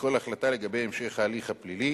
בכל החלטה לגבי המשך ההליך הפלילי.